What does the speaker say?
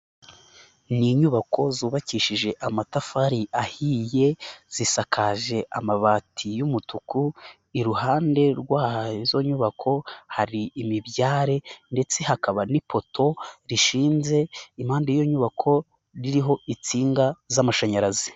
Ni inyubako zubakishije amatafari ahiye zisakaje amabati y'umutuku, iruhande rwa izo nyubako hari imibyare ndetse hakaba n'ipoto rishinze impande y'iyo nyubako ririho insinga z'amashanyarazi.